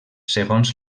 segons